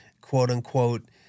quote-unquote